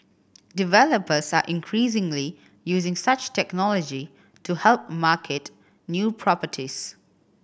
developers are increasingly using such technology to help market new properties